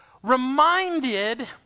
reminded